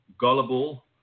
gullible